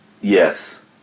Yes